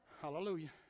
Hallelujah